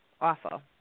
awful